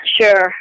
sure